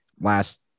Last